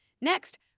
Next